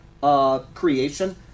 creation